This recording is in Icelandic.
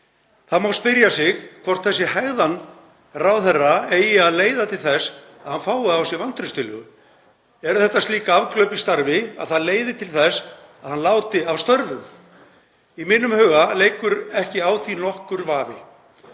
Það má spyrja sig hvort þessi hegðan ráðherra eigi að leiða til þess að hann fái á sig vantrauststillögu. Eru þetta slík afglöp í starfi að það leiði til þess að hann láti af störfum? Í mínum huga leikur ekki á því nokkur vafi.